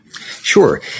Sure